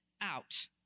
out